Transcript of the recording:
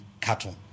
cattle